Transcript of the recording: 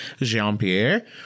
Jean-Pierre